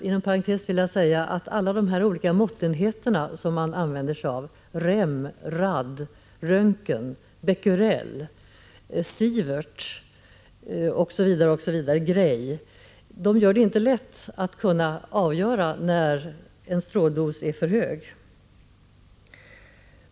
Inom parentes vill jag säga att alla de olika måttenheter man använder sig av —- rem, rad, röntgen, becquerel, sievert, gray, osv. inte gör det lätt att avgöra när en stråldos är för hög.